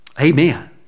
Amen